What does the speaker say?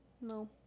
No